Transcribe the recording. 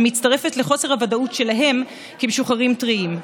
המצטרפת לחוסר הוודאות שלהם כמשוחררים טריים.